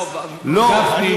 גפני, קח את זה אלינו לוועדת כספים.